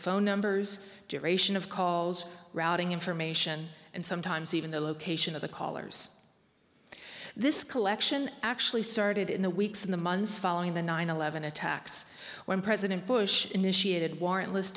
phone numbers duration of calls routing information and sometimes even the location of the callers this collection actually started in the weeks in the months following the nine eleven attacks when president bush initiated warrant